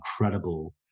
incredible